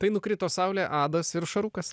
tai nukrito saulė adas ir šarukas